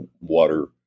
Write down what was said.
water